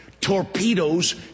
torpedoes